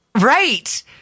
right